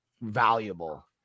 valuable